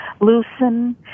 loosen